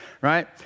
right